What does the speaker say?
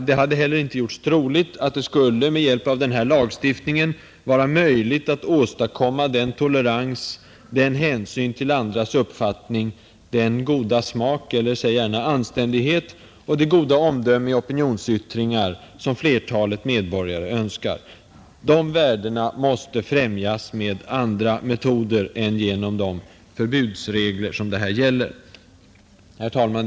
Det hade inte heller gjorts troligt att det med hjälp av denna lagstiftning skulle vara möjligt att åstadkomma den tolerans, den hänsyn till andras uppfattning, den goda smak, eller säg gärna anständighet, och det goda omdöme i opinionsyttringar som flertalet medborgare önskar. Dessa värden måste främjas med andra metoder än genom de förbudsregler som det här gäller. Herr talman!